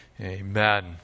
Amen